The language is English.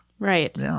Right